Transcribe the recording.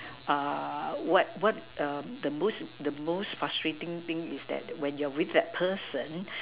uh what what um the most the most frustrating is that when you're with that person